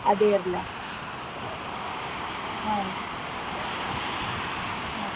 ಅದೇ ಇರಲಾ ಹಾಂ ಹಾಂ